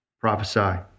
prophesy